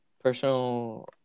personal